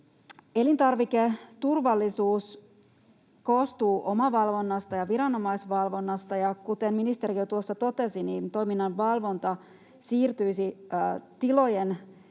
Elintarviketurvallisuus koostuu omavalvonnasta ja viranomaisvalvonnasta, ja kuten ministeri jo tuossa totesi, toiminnan valvonta siirtyisi tilojen